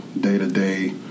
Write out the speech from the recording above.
day-to-day